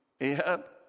Ahab